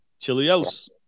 Chilios